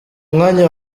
mwanya